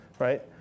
Right